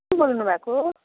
को बोल्नु भएको